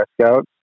scouts